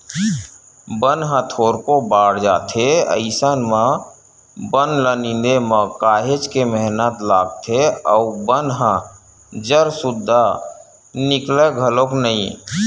बन ह थोरको बाड़ जाथे अइसन म बन ल निंदे म काहेच के मेहनत लागथे अउ बन ह जर सुद्दा निकलय घलोक नइ